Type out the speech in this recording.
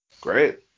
great